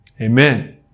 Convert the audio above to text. amen